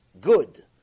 good